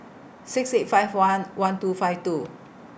six eight five one one two five two